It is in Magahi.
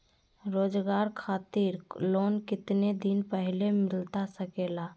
रोजगार खातिर लोन कितने दिन पहले मिलता सके ला?